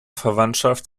verwandtschaft